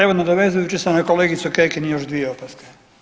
Evo nadovezujući se na kolegicu Kekin još dvije opaske.